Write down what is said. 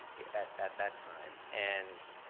at that that time. and